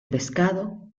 pescado